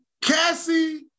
Cassie